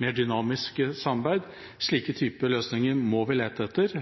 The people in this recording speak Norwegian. mer dynamisk. Slike typer løsninger må vi lete etter.